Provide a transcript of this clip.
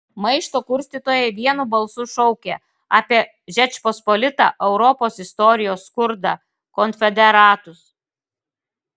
maišto kurstytojai vienu balsu šaukė apie žečpospolitą europos istorijos skurdą konfederatus